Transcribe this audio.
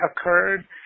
occurred